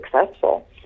successful